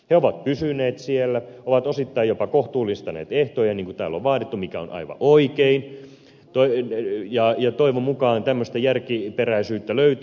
ne ovat pysyneet siellä ovat osittain jopa kohtuullistaneet ehtoja mitä täällä on vaadittu mikä on aivan oikein ja toivon mukaan tämmöistä järkiperäisyyttä löytyy